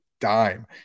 dime